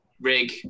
rig